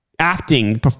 acting